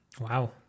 Wow